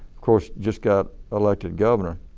course just got elected governor.